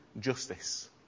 justice